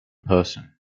person